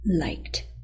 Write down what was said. liked